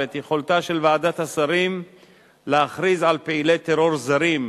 את יכולתה של ועדת השרים להכריז על פעילי טרור זרים,